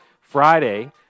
Friday